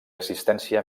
assistència